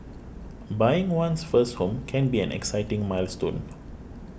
buying one's first home can be an exciting milestone